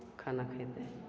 खएलक पिलक